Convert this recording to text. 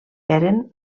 eren